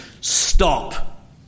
Stop